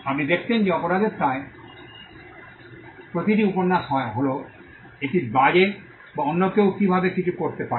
আপনি দেখতেন যে অপরাধের প্রায় প্রতিটি উপন্যাস হয় হল একটি বাজে বা অন্য কেউ কীভাবে কিছু করতে পারে